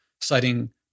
citing